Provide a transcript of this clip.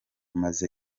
maze